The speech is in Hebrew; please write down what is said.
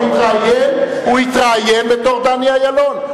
הוא התראיין בתור דני אילון.